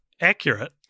accurate